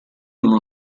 uno